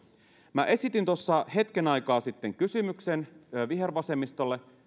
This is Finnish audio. minä esitin tuossa hetken aikaa sitten kysymyksen vihervasemmistolle